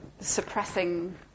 suppressing